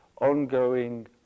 ongoing